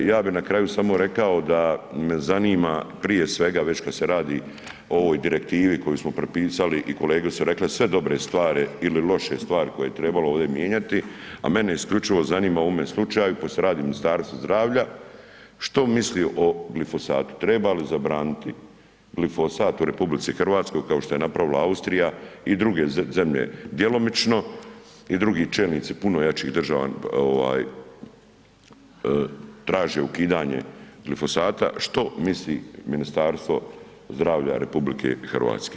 Ja bi na kraju samo rekao da me zanima prije svega već kad se radi o ovoj direktivi koju smo prepisali i kolege su rekle sve dobre stvari ili loše stvari koje je trebalo ovdje mijenjati, a mene isključivo zanima u ovome slučaju pošto se radi o Ministarstvu zdravlja, što misli o glifosatu, treba li zabraniti glifosat u RH kao što je napravila Austrija i druge zemlje djelomično i drugi čelnici puno jačih država ovaj traže ukidanje glifosata, što misli Ministarstvo zdravlja RH?